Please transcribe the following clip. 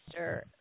Mr